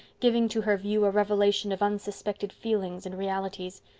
giving to her view a revelation of unsuspected feelings and realities.